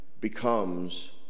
becomes